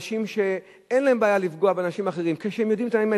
אנשים שאין להם בעיה לפגוע באנשים אחרים כשהם יודעים את האמת.